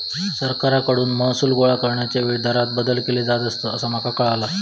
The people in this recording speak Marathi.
सरकारकडसून महसूल गोळा करण्याच्या वेळी दरांत बदल केले जात असतंत, असा माका कळाला